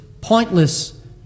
pointless